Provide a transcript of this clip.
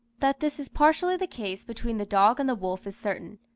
that this is partially the case between the dog and the wolf is certain,